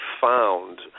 found